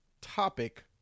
topic